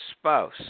spouse